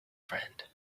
friend